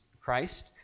Christ